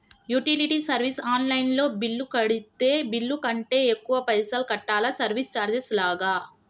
Utility service online లో bill కడితే bill కంటే ఎక్కువ పైసల్ కట్టాలా సర్వీస్ చార్జెస్ లాగా?